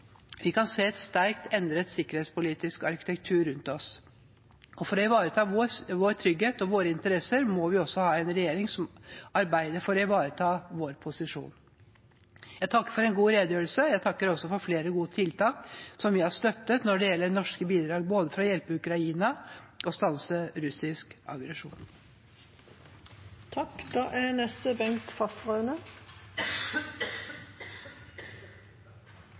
Vi kan se en sterkt endret sikkerhetspolitisk arkitektur rundt oss. For å ivareta vår trygghet og våre interesser må vi også ha en regjering som arbeider for å ivareta vår posisjon. Jeg takker for en god redegjørelse, og jeg takker også for flere gode tiltak – som vi har støttet – når det gjelder norske bidrag, både for å hjelpe Ukraina og for å stanse russisk aggresjon.